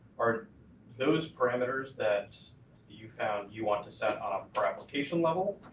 are those parameters that you found you want to set on a per-application level,